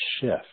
shift